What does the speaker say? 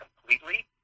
completely